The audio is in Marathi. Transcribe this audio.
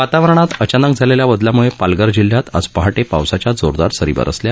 वातावरणात अचानक झालेल्या बदलाम्ळे पालघर जिल्ह्यात आज पहाटे पावसाच्या जोरदार सरी बरसल्या